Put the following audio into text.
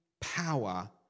power